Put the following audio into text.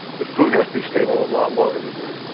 the food has to be stable a lot longer than that.